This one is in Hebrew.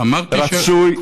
רצוי,